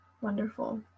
wonderful